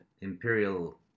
imperial